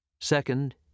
Second